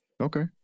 okay